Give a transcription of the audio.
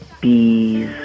Bees